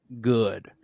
good